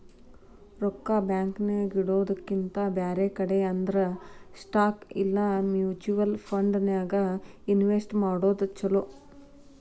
ರೊಕ್ಕಾ ಬ್ಯಾಂಕ್ ನ್ಯಾಗಿಡೊದ್ರಕಿಂತಾ ಬ್ಯಾರೆ ಕಡೆ ಅಂದ್ರ ಸ್ಟಾಕ್ ಇಲಾ ಮ್ಯುಚುವಲ್ ಫಂಡನ್ಯಾಗ್ ಇನ್ವೆಸ್ಟ್ ಮಾಡೊದ್ ಛಲೊ